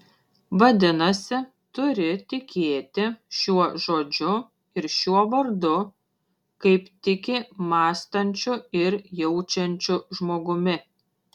vadinasi turi tikėti šiuo žodžiu ir šiuo vardu kaip tiki mąstančiu ir jaučiančiu žmogumi